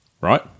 Right